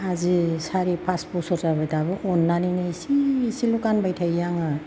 आजि सारि पास बसर जाबाय दाबो अननानैनो इसे इसेल' गानबाय थायो आङो